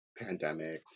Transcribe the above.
pandemics